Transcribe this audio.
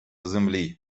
землі